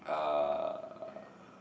uh